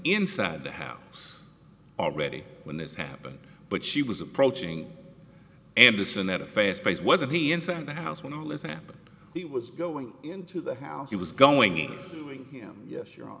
inside the house already when this happened but she was approaching anderson at a fast pace wasn't he inside the house when all is happening he was going into the house he was going to ring him yes you're